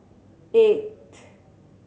eight